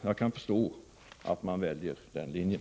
Jag kan förstå att man väljer den linjen.